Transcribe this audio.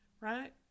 right